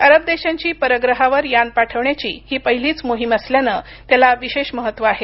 अरब देशांची परग्रहावर यान पाठविण्याची ही पहिलीच मोहीम असल्यानं त्याला विशेष महत्त्व आहे